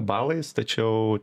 balais tačiau